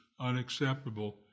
unacceptable